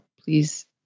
Please